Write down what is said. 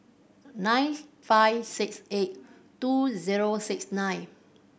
nine five six eight two zero six nine